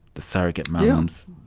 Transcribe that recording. the surrogate mums,